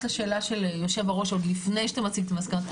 לשאלת היושב-ראש עוד לפני שאתה מציג את המסקנות.